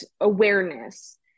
awareness